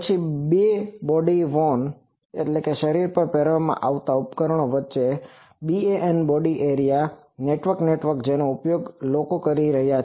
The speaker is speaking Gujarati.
પછી બે બોડી વોર્ન Body Wornશરીર પહેરવામાં આવતા ઉપકરણો વચ્ચે wireless BAN body area network network જેનો ઉપયોગ લોકો પણ કરી રહ્યાં છે